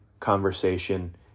conversation